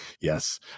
Yes